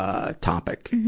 ah topic.